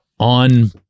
on